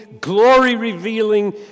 glory-revealing